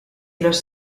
los